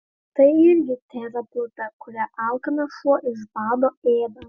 tai irgi tėra pluta kurią alkanas šuo iš bado ėda